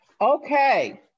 Okay